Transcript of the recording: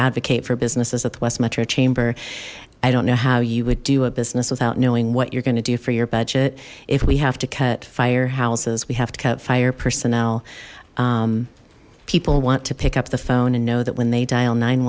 advocate for businesses at the west metro chamber i don't know how you would do a business without knowing what you're going to do for your budget if we have to cut fire houses we have to cut fire personnel people want to pick up the phone and know that when they dial nine